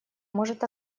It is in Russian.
может